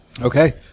Okay